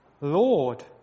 Lord